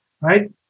right